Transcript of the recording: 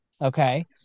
okay